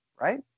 Right